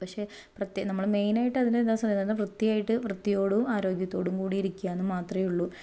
പക്ഷേ പ്രത്യേകം നമ്മൾ മെയിനായിട്ട് അതിനെ എന്താണ് പറയുന്നത് വൃത്തി ആയിട്ട് വൃത്തിയോടും ആരോഗ്യത്തോടും കൂടി ഇരിക്കുക എന്ന് മാത്രമേ ഉള്ളൂ